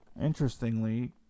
Interestingly